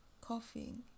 coughing